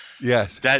Yes